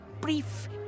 brief